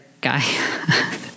guy